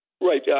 Right